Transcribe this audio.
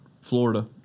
florida